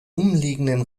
umliegenden